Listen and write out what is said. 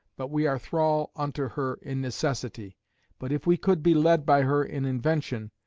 but we are thrall unto her in necessity but if we could be led by her in invention,